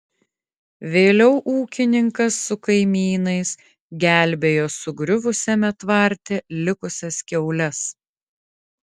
vėliau ūkininkas su kaimynais gelbėjo sugriuvusiame tvarte likusias kiaules